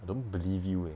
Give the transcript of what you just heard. I don't believe you eh